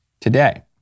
today